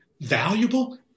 valuable